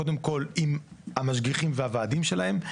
קודם כל עם המשגיחים והוועדים שלהם,